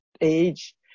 age